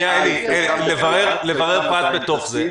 אני רוצה לברר פרט בתוך זה.